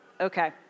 okay